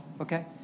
okay